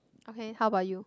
okay how bout you